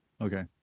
Okay